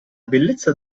bellezza